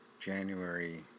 January